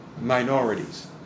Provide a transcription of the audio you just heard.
minorities